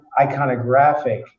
iconographic